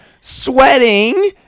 sweating